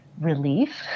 relief